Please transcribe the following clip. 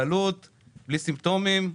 סימפטומים.